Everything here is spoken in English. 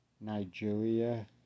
Nigeria